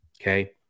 okay